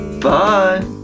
bye